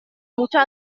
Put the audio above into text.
muchos